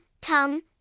tum